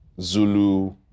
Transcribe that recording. Zulu